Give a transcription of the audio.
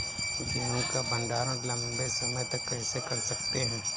गेहूँ का भण्डारण लंबे समय तक कैसे कर सकते हैं?